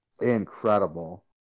incredible